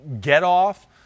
get-off